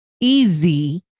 easy